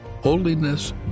Holiness